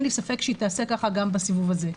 אין לי ספק שהיא תעשה ככה גם בסיבוב הזה.